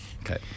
okay